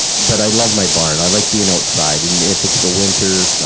but i love my barn. i like being outside, and if it's the winter,